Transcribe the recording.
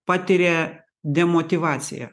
patiria demotyvaciją